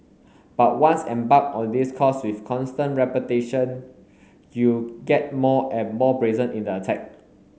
but once embarked on this course with constant repetition you get more and more brazen in the attack